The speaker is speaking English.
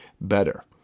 better